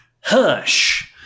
Hush